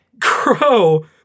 Crow